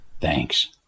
Thanks